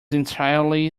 entirely